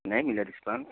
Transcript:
नहीं मिला रिस्पॉन्स